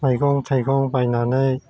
मैगं थाइगं बायनानै